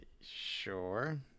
Sure